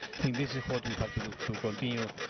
this is what we have to do, to continue.